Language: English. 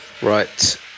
right